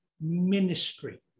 ministry